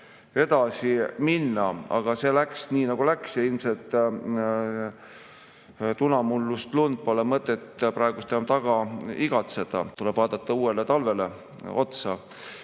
edasi minna, aga see läks nii, nagu läks, ja ilmselt tunamullust lund pole mõtet praegu enam taga igatseda, tuleb vaadata uuele talvele otsa.